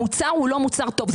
המוצר הוא לא מוצר טוב.